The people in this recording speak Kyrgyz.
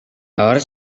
алар